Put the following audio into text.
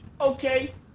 Okay